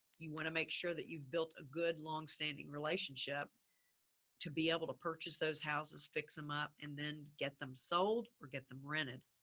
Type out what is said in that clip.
you want to make sure that you've built a good long standing relationship to be able to purchase those houses, fix them up, and then get them sold or get them rented.